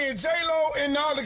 ah j lo and the